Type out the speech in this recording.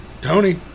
Tony